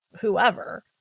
whoever